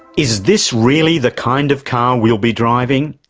is this really the kind of car we'll be driving?